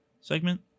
segment